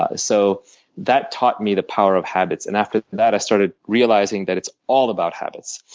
ah so that taught me the power of habits. and after that, i started realizing that it's all about habits.